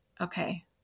okay